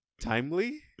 timely